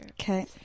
Okay